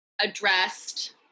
addressed